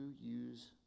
use